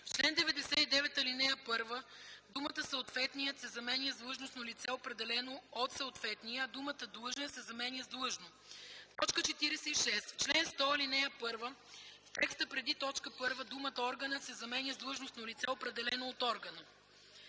В чл. 99, ал. 1 думата „съответният” се заменя с „длъжностно лице, определено от съответния”, а думата „длъжен” се заменя с „длъжно”. 46. В чл. 100, ал. 1 в текста преди т. 1 думата „органът” се заменя с „длъжностно лице, определено от органа”.